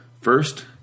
First